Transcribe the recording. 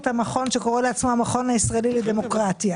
המכון שקורא לעצמו המכון הישראלי לדמוקרטיה